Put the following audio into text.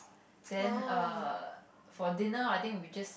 then err for dinner I think we just